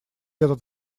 этот